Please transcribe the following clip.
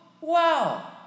Wow